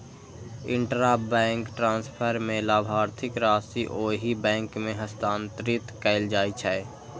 intrabank transfer मे लाभार्थीक राशि ओहि बैंक मे हस्तांतरित कैल जाइ छै